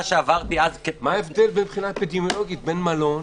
שעברתי אז --- מה ההבדל מבחינה אפידמיולוגית בין מלון